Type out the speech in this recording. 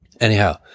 Anyhow